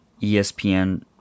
ESPN